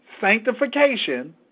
sanctification